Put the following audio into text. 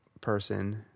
person